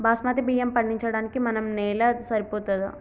బాస్మతి బియ్యం పండించడానికి మన నేల సరిపోతదా?